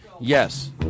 Yes